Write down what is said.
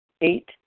Eight